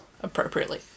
appropriately